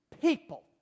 people